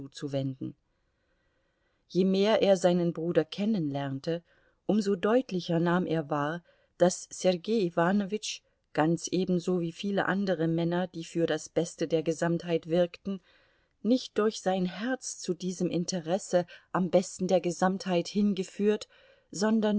je mehr er seinen bruder kennenlernte um so deutlicher nahm er wahr daß sergei iwanowitsch ganz ebenso wie viele andere männer die für das beste der gesamtheit wirkten nicht durch sein herz zu diesem interesse am besten der gesamtheit hingeführt sondern